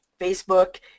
Facebook